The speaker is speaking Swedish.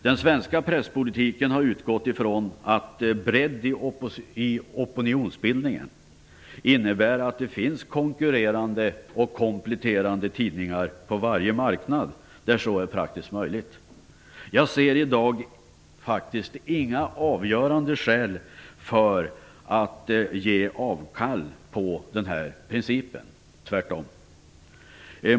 Den svenska presspolitiken har utgått från att bredd i opinionsbildningen innebär att det finns konkurrerande och kompletterande tidningar på varje marknad där så är praktiskt möjligt. Jag ser i dag faktiskt inga avgörande skäl för att ge avkall på denna princip, tvärtom.